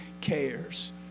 cares